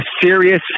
serious